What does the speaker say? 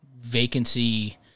vacancy